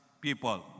people